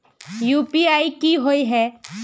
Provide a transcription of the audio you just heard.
UPI की होय है?